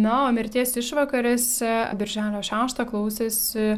na o mirties išvakarėse birželio šeštą klausėsi